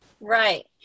right